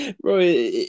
Bro